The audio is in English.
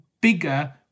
bigger